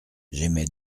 j’émets